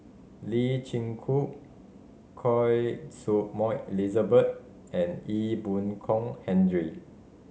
Lee Chin Koon Choy Su Moi Elizabeth and Ee Boon Kong Henry